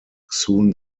soon